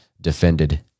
defended